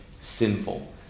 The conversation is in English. sinful